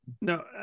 no